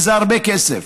וזה הרבה כסף.